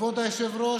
כבוד היושב-ראש,